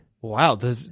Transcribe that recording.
Wow